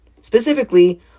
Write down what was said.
Specifically